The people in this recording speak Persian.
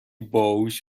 باهوش